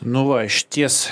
nu va išties